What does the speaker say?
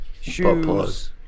shoes